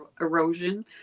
erosion